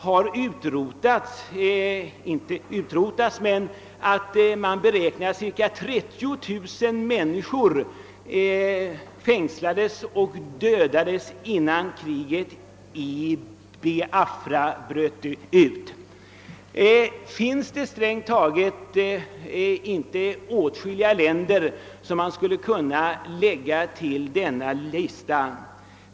Vi känner väl till att cirka 30 000 människor tillhörande ibofolket fängslades och dödades redan innan kriget i Biafra bröt ut. Finns det inte strängt taget åtskilliga andra länder som man skulle kunna lägga till denna lista?